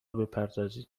بپردازید